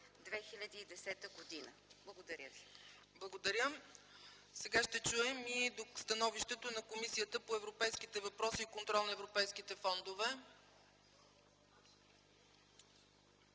ПРЕДСЕДАТЕЛ ЦЕЦКА ЦАЧЕВА: Благодаря. Сега ще чуем и становището на Комисията по европейските въпроси и контрол на европейските фондове.